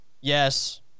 yes